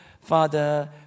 Father